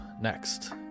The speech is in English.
next